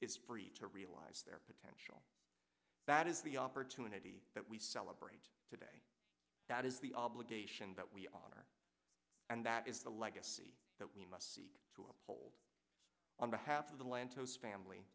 is free to realize their potential that is the opportunity that we celebrate today that is the obligation that we honor and that is the legacy that we must seek to uphold on behalf of the